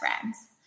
friends